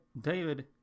David